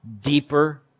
deeper